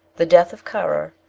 the death of currer,